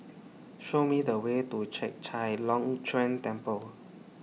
Show Me The Way to Chek Chai Long Chuen Temple